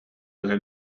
быһа